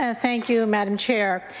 ah thank you, madam chair.